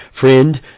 Friend